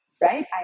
right